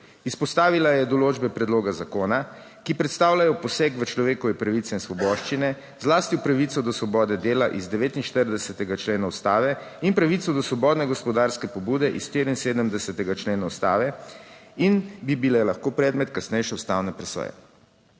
Izpostavila je določbe predloga zakona, ki predstavljajo poseg v človekove pravice in svoboščine, zlasti v pravico do svobode dela iz 49. člena ustave in pravico do svobodne gospodarske pobude iz 74. člena ustave in bi bile lahko predmet kasnejše ustavne presoje.